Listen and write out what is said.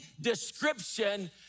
description